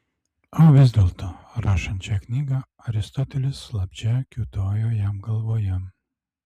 o vis dėlto rašant šią knygą aristotelis slapčia kiūtojo jam galvoje